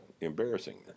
embarrassing